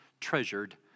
treasured